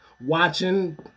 watching